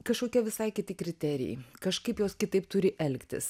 kažkokie visai kiti kriterijai kažkaip jos kitaip turi elgtis